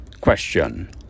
question